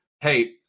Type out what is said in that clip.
hey